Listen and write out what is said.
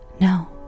No